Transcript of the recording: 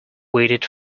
waited